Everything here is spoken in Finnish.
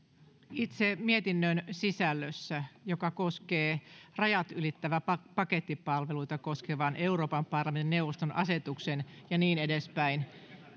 itse mietinnön sisällössä joka koskee rajat ylittäviä pakettipalveluita koskevan euroopan parlamentin ja neuvoston asetuksen ja niin edespäin